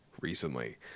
recently